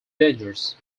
dangers